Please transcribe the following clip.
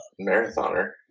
marathoner